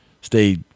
stay